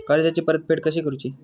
कर्जाची परतफेड कशी करुची?